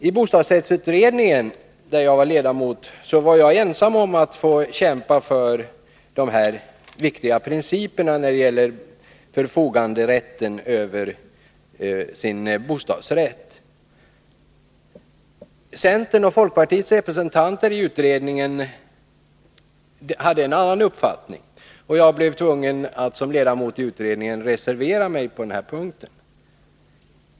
I bostadsrättsutredningen, där jag var ledamot, var jag ensam om att kämpa för de här viktiga principerna när det gäller förfoganderätten över bostadsrätten. Centerns och folkpartiets representanter i utredningen hade en annan uppfattning, och jag blev tvungen att som ledamot i utredningen reservera mig på den här punkten.